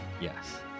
Yes